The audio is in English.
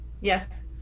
Yes